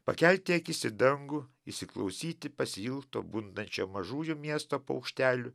pakelti akis į dangų įsiklausyti pasiilgto bundančio mažųjų miesto paukštelių